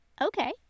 Okay